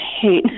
hate